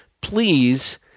please